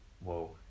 whoa